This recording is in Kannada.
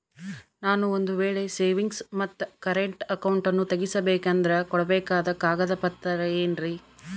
ನಾನು ಒಂದು ವೇಳೆ ಸೇವಿಂಗ್ಸ್ ಮತ್ತ ಕರೆಂಟ್ ಅಕೌಂಟನ್ನ ತೆಗಿಸಬೇಕಂದರ ಕೊಡಬೇಕಾದ ಕಾಗದ ಪತ್ರ ಏನ್ರಿ?